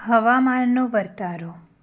હવામાનનો વર્તારો